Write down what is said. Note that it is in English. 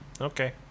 okay